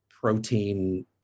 protein